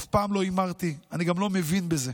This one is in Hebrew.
אף פעם לא הימרתי, ואני גם לא מבין בזה.